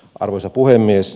arvoisa puhemies